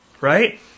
Right